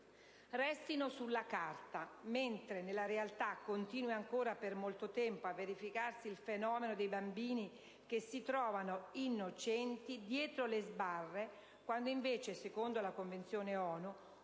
restino sulla carta, mentre nella realtà continui ancora per molto tempo a verificarsi il fenomeno di bambini che si trovano, innocenti, dietro le sbarre, quando invece, secondo la Convenzione ONU,